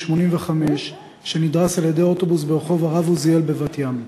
85 שנדרס על-ידי אוטובוס ברחוב הרב עוזיאל בבת-ים,